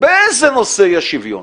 באיזה נושא יש שוויון?